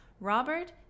robert